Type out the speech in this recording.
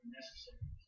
necessary